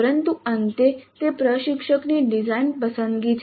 પરંતુ અંતે તે પ્રશિક્ષકની ડિઝાઇન પસંદગી છે